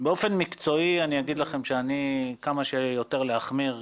באופן מקצועי אני אומר לכם כמה שיותר להחמיר,